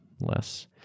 less